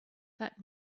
that